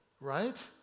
right